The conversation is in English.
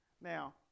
Now